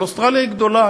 אבל אוסטרליה היא גדולה,